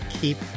Keep